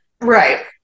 Right